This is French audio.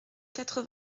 quatre